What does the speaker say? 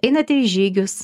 einate į žygius